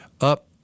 up